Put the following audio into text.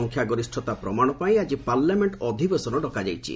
ସଂଖ୍ୟା ଗରିଷତା ପ୍ରମାଣ ପାଇଁ ଆଜି ପାର୍ଲାମେଣ୍ଟ ଅଧିବେଶନ ଡକା ଯାଇଛି